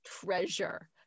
treasure